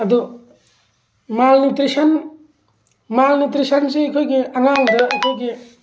ꯑꯗꯨ ꯃꯥꯜꯅ꯭ꯌꯨꯇ꯭ꯔꯤꯁꯟ ꯃꯥꯜꯅ꯭ꯌꯨꯇ꯭ꯔꯤꯁꯟꯁꯤ ꯑꯩꯈꯣꯏꯒꯤ ꯑꯉꯥꯡꯗ ꯑꯩꯈꯣꯏꯒꯤ